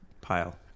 pile